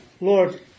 Lord